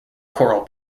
choral